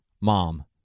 Mom